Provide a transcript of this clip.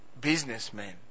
Businessmen